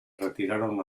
retiraron